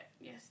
yes